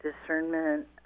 discernment